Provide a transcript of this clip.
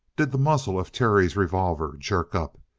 did the muzzle of terry's revolver jerk up.